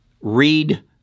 read